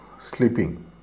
sleeping